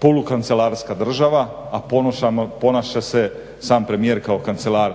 polukancelarska država, a ponaša se sam premijer kao kancelar